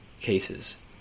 cases